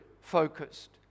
focused